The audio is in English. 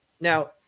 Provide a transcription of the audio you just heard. Now